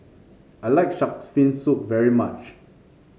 I like shark's fin soup very much